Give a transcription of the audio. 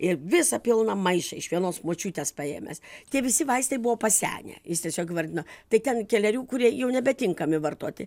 ir visą pilną maišą iš vienos močiutės paėmęs tie visi vaistai buvo pasenę jis tiesiog vardino tai ten kelerių kurie jau nebetinkami vartoti